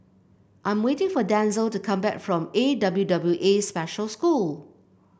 I'm waiting for Denzell to come back from A W W A Special School